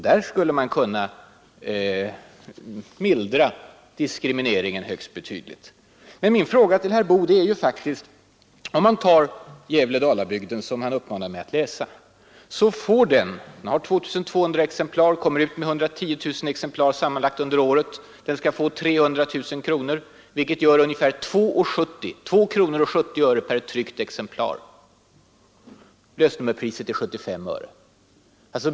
Där skulle man kunna mildra diskrimineringen högst betydligt. Se t.ex. på Gävle-Dalabygden, som herr Boo uppmande mig att läsa! Den har en upplaga på 2 200 exemplar och kommer sammanlagt under året ut med 110 000 exemplar. Den skall få 300 000 kronor i presstöd, vilket gör ungefär 2 kronor 70 öre per tryckt exemplar! Lösnummerpriset är 75 öre.